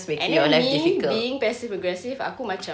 and then me being passive aggressive aku macam